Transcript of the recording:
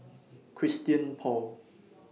Christian Paul